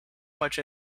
much